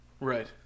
Right